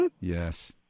Yes